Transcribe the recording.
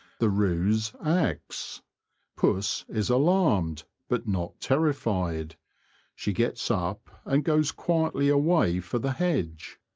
the ruse acts puss is alarmed, but not terrified she gets up and goes quietly away for the hedge.